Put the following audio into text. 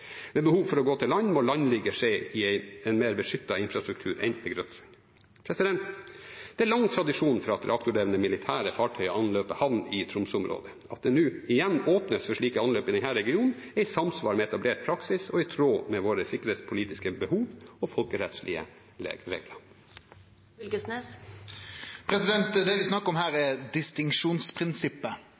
behov for å gå til land må landligget skje i en mer beskyttet infrastruktur enn Grøtsund. Det er lang tradisjon for at reaktordrevne militære fartøy anløper havn i Tromsø-området. At det nå igjen åpnes for slike anløp i denne regionen, er i samsvar med etablert praksis og i tråd med våre sikkerhetspolitiske behov og folkerettslige regler. Det vi snakkar om her, er distinksjonsprinsippet,